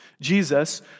Jesus